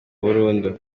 burundu